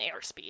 airspeed